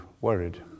worried